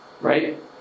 Right